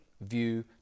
view